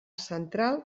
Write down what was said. central